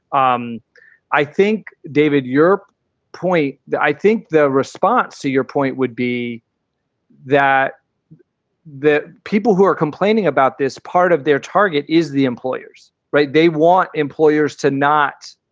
um i think david europe point, i think the response to your point would be that the people who are complaining about this part of their target is the employers. right. they want employers to not.